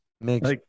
Makes